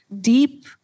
deep